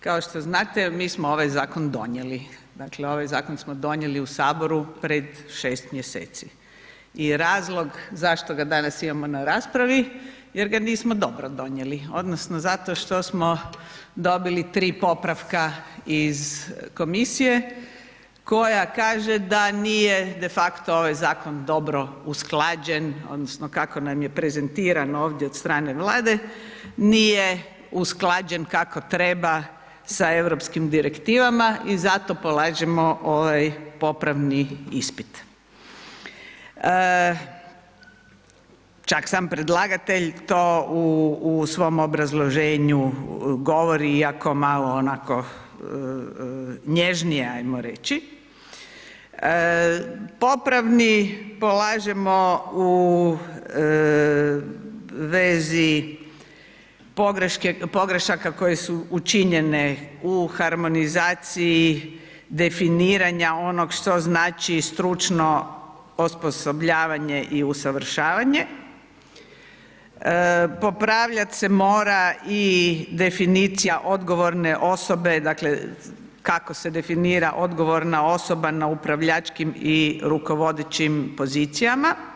Kao što znate mi smo ovaj zakon donijeli, dakle ovaj zakon smo donijeli u Saboru pred 6 mjeseci i razlog zašto ga danas imamo na raspravi jer ga nismo dobro donijeli odnosno zato što smo dobili 3 popravka iz komisije koja kaže da nije defakto ovaj zakon dobro usklađen odnosno kako nam je prezentiran ovdje od strane Vlade nije usklađen kako treba sa Europskim direktivama i zato polažemo ovaj popravni ispit… … čak sam predlagatelj to u svom obrazloženju govori, iako malo onako nježnije ajmo reći, popravni polažemo u vezi pogreške, pogrešaka koje su učinjene u harmonizaciji definiranja onog što znači stručno osposobljavanje i usavršavanje, popravljat se mora i definicija odgovorne osobe, dakle kako se definira odgovorna osoba na upravljačkim i rukovodećim pozicijama.